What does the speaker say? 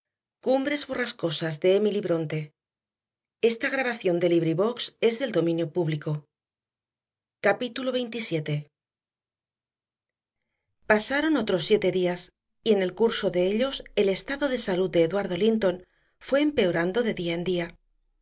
sabía qué decir capítulo veintisiete pasaron otros siete días y en el curso de ellos el estado de salud de eduardo linton fue empeorando de día en día